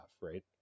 right